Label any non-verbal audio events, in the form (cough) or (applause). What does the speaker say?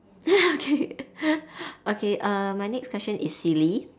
(laughs) okay okay uh my next question is silly